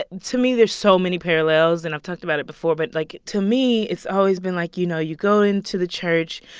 to me, there's so many parallels. and i've talked about it before. but like, to me, it's always been like, you know, you go into the church,